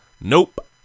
Nope